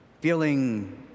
feeling